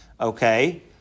Okay